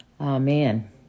Amen